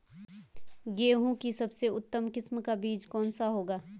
गेहूँ की सबसे उत्तम किस्म का बीज कौन सा होगा?